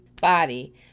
body